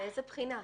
מאיזו בחינה?